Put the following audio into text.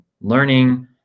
learning